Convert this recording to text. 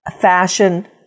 Fashion